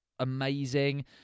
amazing